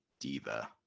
diva